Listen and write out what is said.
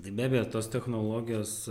tai be abejo tos technologijos